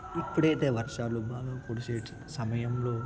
ఎప్పుడైతే వర్షాలు బాగా కురిసే సమయంలో